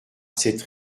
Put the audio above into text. cette